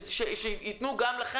צריך לתת גם לכם.